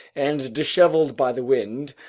and disheveled by the wind,